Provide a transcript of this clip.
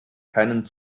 keinen